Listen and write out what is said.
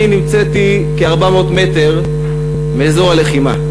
אני נמצאתי כ-400 מטרים מאזור הלחימה,